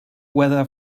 weather